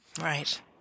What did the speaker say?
Right